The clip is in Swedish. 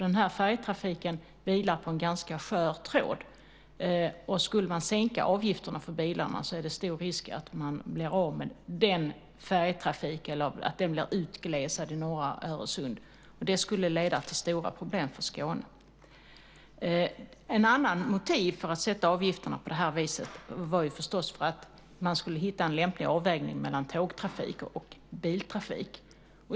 Den färjetrafiken vilar på en ganska skör tråd, och om man skulle sänka avgifterna för bilarna är risken stor att man blir av med färjetrafiken i norra Öresund, eller att den åtminstone blir utglesad. Det skulle leda till stora problem för Skåne. Ett annat syfte med att sätta avgifterna på det viset var förstås att hitta en lämplig avvägning mellan tågtrafik och biltrafik.